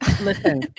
Listen